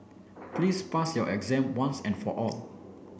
please pass your exam once and for all